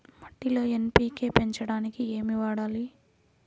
మట్టిలో ఎన్.పీ.కే పెంచడానికి ఏమి వాడాలి?